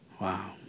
Wow